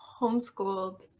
homeschooled